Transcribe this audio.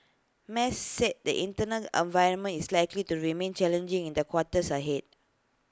mas said the internal environment is likely to remain challenging in the quarters ahead